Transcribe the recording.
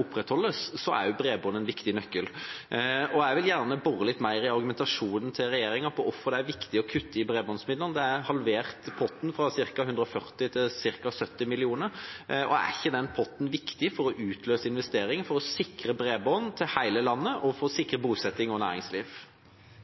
opprettholdes, er også bredbånd en viktig nøkkel. Jeg vil gjerne bore litt mer i argumentasjonen til regjeringa om hvorfor det er viktig å kutte i bredbåndsmidlene. Potten er halvert, fra ca. 140 mill. kr til ca. 70 mill. kr. Er ikke den potten viktig for å utløse investeringer, for å sikre bredbånd til hele landet og for å sikre bosetting og næringsliv?